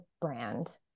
brand